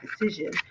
decision